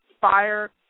fire